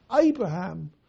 Abraham